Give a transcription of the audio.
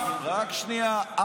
רק שנייה.